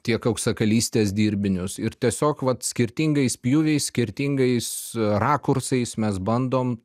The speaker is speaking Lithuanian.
tiek auksakalystės dirbinius ir tiesiog vat skirtingais pjūviais skirtingais rakursais mes bandom